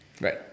Right